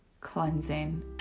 cleansing